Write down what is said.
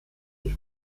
die